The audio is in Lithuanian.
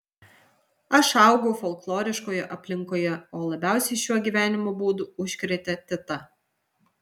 aš augau folkloriškoje aplinkoje o labiausiai šiuo gyvenimo būdu užkrėtė teta